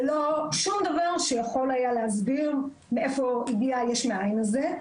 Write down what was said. ללא שום דבר שיכול היה להסביר מאיפה הגיע היש מאין הזה.